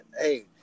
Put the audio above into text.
Hey